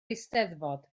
eisteddfod